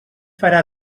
farà